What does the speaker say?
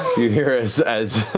you hear as as